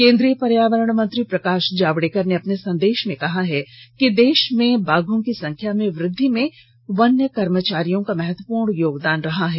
केंद्रीय पर्यावरण मंत्री प्रकाश जावडेकर ने अपने संदेश में कहा है कि देश में बाघों की संख्या में वृद्धि में वन्य कर्मचारियों का महत्वपूर्ण योगदान रहा है